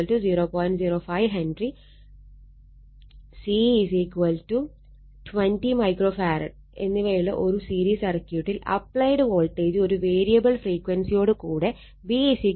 05 H C 20 micro farad എന്നിവയുള്ള ഒരു series സർക്യൂട്ടിൽ അപ്പ്ളൈഡ് വോൾട്ടേജ് ഒരു വേരിയബിൾ ഫ്രീക്വൻസിയോട് കൂടെ V100 ആംഗിൾ 0° volt ആണ്